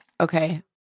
okay